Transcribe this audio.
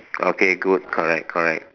okay good correct correct